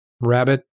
rabbit